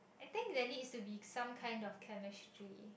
I think they needs to be some kind of chemistry